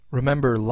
Remember